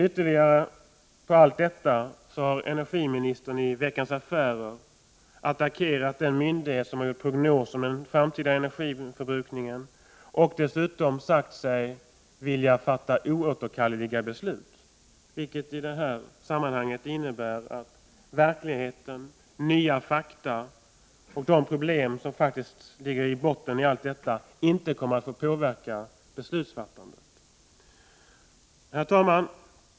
Utöver allt detta har energiministern i Veckans Affärer attackerat den myndighet som har gjort en prognos om den framtida energiförbrukningen, och dessutom sagt sig vilja fatta oåterkalleliga beslut — vilket i det här fallet innebär att verkligheten, nya fakta och de problem som ligger i botten inte kommer att få påverka beslutsfattandet. Herr talman!